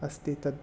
अस्ति तद्